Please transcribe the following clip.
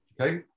Okay